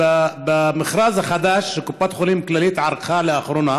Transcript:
במכרז החדש שקופת חולים כללית ערכה לאחרונה